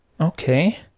Okay